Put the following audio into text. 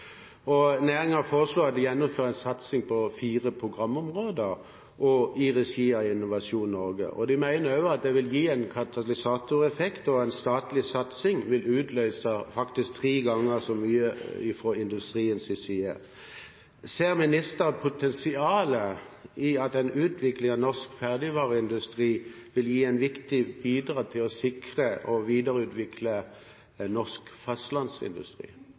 foreslår at det gjennomføres en satsing på fire programområder i regi av Innovasjon Norge. De mener også at det vil gi en katalysatoreffekt, og en statlig satsing vil faktisk utløse tre ganger så mye fra industriens side. Ser ministeren potensialet i at en utvikling av norsk ferdigvareindustri vil gi et viktig bidrag til å sikre og videreutvikle norsk fastlandsindustri?